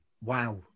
Wow